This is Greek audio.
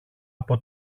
από